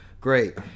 Great